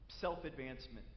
self-advancement